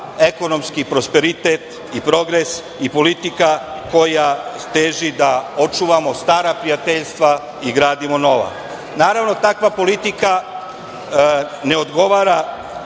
ekonomski prosperitet i progres i politika koja teži da očuvamo stara prijateljstva i gradimo nova. Naravno, takva politika ne odgovara